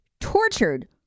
tortured